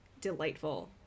delightful